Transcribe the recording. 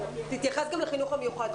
תתייחס גם לחינוך המיוחד.